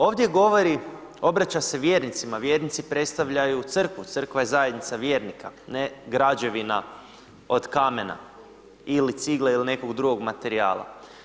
Ovdje govori, obraća se vjernicima, vjernici predstavljaju Crkvu, Crkva je zajednica vjernika ne građevina od kamena ili cigle ili nekog drugog materijala.